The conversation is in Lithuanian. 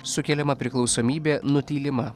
sukeliama priklausomybė nutylima